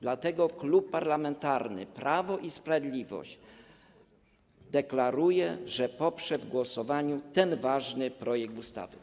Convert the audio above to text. Dlatego Klub Parlamentarny Prawo i Sprawiedliwość deklaruje, że poprze w głosowaniu ten ważny projekt ustawy.